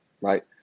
Right